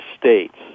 States